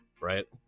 Right